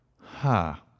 ha